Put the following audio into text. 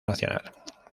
nacional